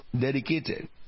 dedicated